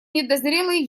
недозрелые